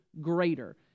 Greater